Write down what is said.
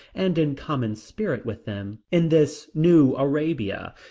and in common spirit with them, in this new arabia.